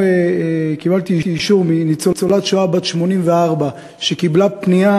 קיבלתי אישור מניצולת שואה בת 84 שקיבלה פנייה